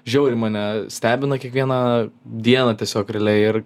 žiauriai mane stebina kiekvieną dieną tiesiog realiai ir